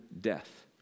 death